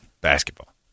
basketball